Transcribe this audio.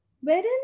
wherein